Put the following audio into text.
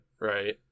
Right